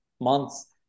months